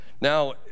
Now